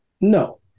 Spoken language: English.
No